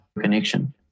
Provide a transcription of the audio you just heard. Connection